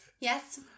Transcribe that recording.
Yes